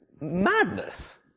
Madness